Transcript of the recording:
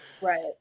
Right